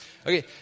Okay